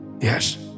Yes